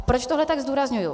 Proč tohle tak zdůrazňuji?